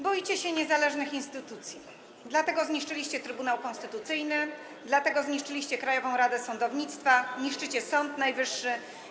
Boicie się niezależnych instytucji, dlatego zniszczyliście Trybunał Konstytucyjny, dlatego zniszczyliście Krajową Radę Sądownictwa, niszczycie Sąd Najwyższy.